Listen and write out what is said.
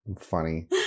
funny